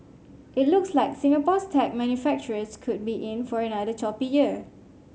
it looks like Singapore's tech manufacturers could be in for another choppy year